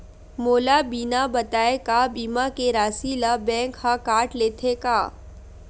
मोला बिना बताय का बीमा के राशि ला बैंक हा कत लेते का?